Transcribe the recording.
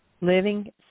living